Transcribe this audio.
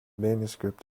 manuscript